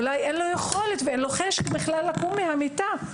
אולי אין לו יכולת ואין לו חשק בכלל לקום מהמיטה.